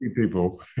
people